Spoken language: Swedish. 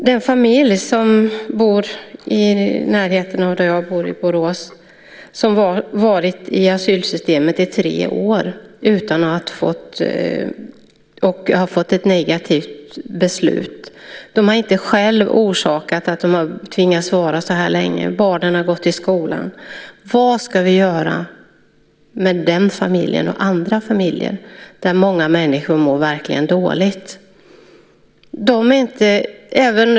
Den familj som bor i närheten av mig i Borås har varit i asylsystemet i tre år och har fått ett negativt beslut. De har inte själva orsakat att de har tvingats vara i systemet så här länge. Barnen har gått i skolan. Vad ska vi göra med den familjen och många andra familjer där människor mår dåligt?